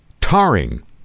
tarring